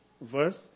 verse